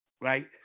Right